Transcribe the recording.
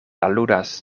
aludas